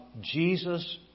Jesus